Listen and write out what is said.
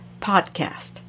podcast